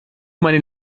meinen